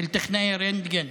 טכנאי רנטגן,